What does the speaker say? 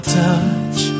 touch